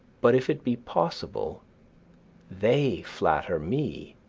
but if it be possible they flatter me.